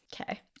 Okay